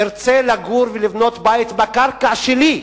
ארצה לגור ולבנות בית על הקרקע שלי,